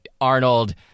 Arnold